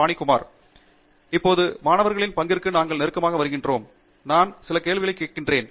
பானிகுமார் இப்போது மாணவர்களின் பங்கிற்கு நாங்கள் நெருக்கமாக வருகிறோம் நான் சில கேள்வியை கேட்கிறேன்